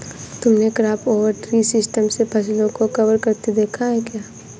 तुमने crop over tree system से फसलों को कवर करते देखा है क्या?